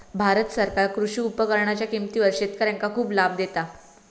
भारत सरकार कृषी उपकरणांच्या किमतीवर शेतकऱ्यांका खूप लाभ देता